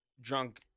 drunk